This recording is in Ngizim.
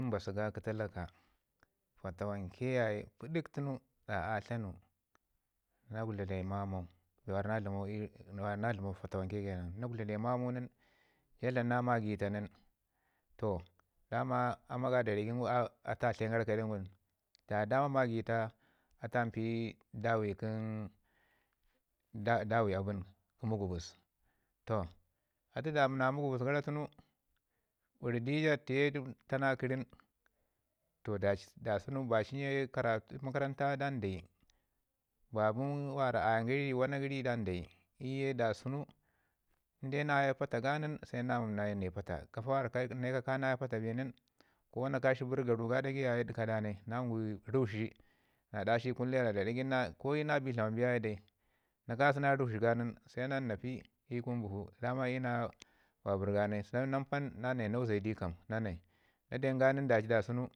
I mbasu ga kə talaka, fatawanke yaye pədik tunu ɗa a dlamu na gutlatle mamau bee wara na dlamau na dlamau fatawanke ke nan, na gutlatle mamau nin ja dlam na magita nin to dama aama ga da ri ɗagai nin atu a tlayin gara kadewun, ja dama magita atu a mpi dawai kin d- dawai abən kə mugubus toh. Atu dəma na mugubus gara tunu bəri di ja tiye tana gəri nin toh daci da sunu baci nja i makaranta dan dayi babu mi aye riwana gəri dan dayi. Iyu ke da sunu naya i pata ga nin nan nayi pata gafo mi ne kau ka naye pata bi nin ko na kashi bərik garuga dagai yaye dəka da nai nan gwi rukshi na dashi i kun leda na dari dagai ko ina bik dlama bai yaye dai na kashi na rukzhi ga nən ko ina bik dlama bai yaye dai na rukzhi ga nin nan na pii i kun bufu daman ina babir ga nai sai na mban nan nauzedi kaam na nai na denga nin da ci da sunu